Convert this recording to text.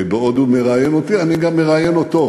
כי בעוד הוא מראיין אותי אני גם מראיין אותו,